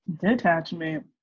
detachment